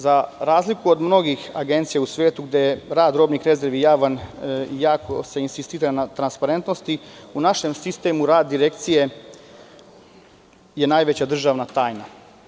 Za razliku od mnogih agencija u svetu gde je rad robnih rezervni javan i jako se insistira na transparentnosti, u našem sistemu rad Direkcije je najveća državna tajna.